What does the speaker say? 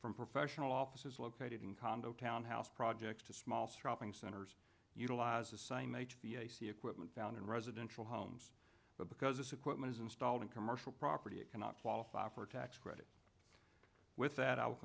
from professional office is located in condo townhouse projects to small shopping centers utilize the same equipment found in residential homes but because this equipment is installed in commercial property it cannot qualify for a tax credit with that i